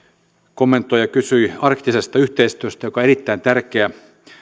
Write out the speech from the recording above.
kommentoi ja kysyi arktisesta yhteistyöstä joka on erittäin tärkeä